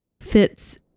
fits